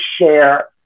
share